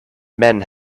men